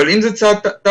אבל אם זה צעד טקטי?